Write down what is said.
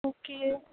okay